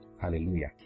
Hallelujah